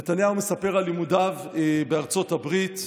נתניהו מספר על לימודיו בארצות הברית.